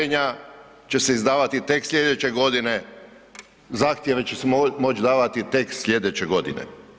Rješenja će se izdavati tek slijedeće godine, zahtjeve će se moć davati tek slijedeće godine.